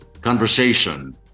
conversation